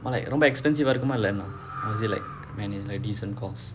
ரொம்ப:romba expensive eh இருக்குமா இல்ல என்ன:irukkumaa illa enna or is it like uh decent costs